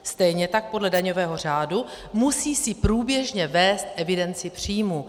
Stejně tak podle daňového řádu si musí průběžně vést evidenci příjmů.